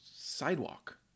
sidewalk